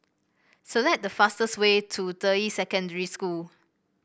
select the fastest way to Deyi Secondary School